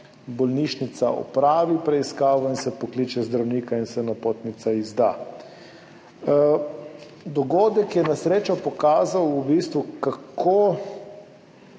bolnišnica opravi preiskavo in se pokliče zdravnika in se napotnica izda. Dogodek je na srečo pokazal, kako